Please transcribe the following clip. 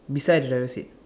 beside the driver seat